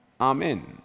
amen